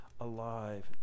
alive